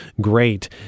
great